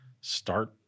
start